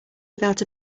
without